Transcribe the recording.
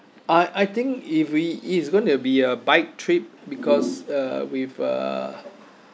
uh I think if we it's gonna be a bike trip because uh with uh